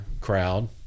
crowd